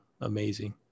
amazing